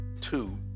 two